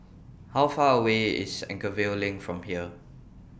How Far away IS Anchorvale LINK from here